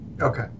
okay